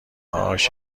هاش